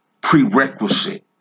prerequisite